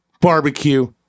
barbecue